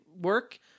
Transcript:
work